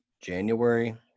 January